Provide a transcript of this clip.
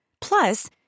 Plus